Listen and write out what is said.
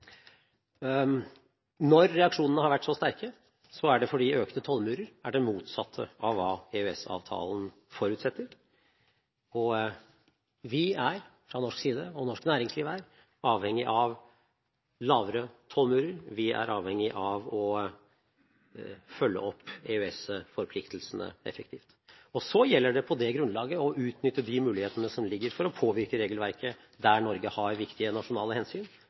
Når reaksjonene har vært så sterke, er det fordi økte tollmurer er det motsatte av hva EØS-avtalen forutsetter, og norsk næringsliv er avhengig av lavere tollmurer, vi er avhengig av å følge opp EØS-forpliktelsene effektivt. Så gjelder det på det grunnlaget å utnytte de mulighetene som ligger, for å påvirke regelverket der Norge har viktige nasjonale hensyn